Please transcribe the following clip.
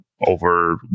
over